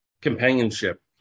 companionship